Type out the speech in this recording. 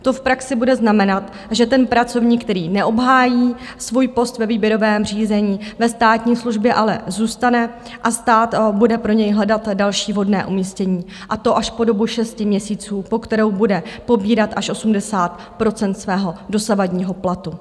To v praxi bude znamenat, že ten pracovník, který neobhájí svůj post ve výběrovém řízení ve státní službě, ale zůstane a stát bude pro něj hledat další vhodné umístění, a to až po dobu šesti měsíců, po kterou bude pobírat až 80 % svého dosavadního platu.